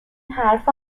حرفها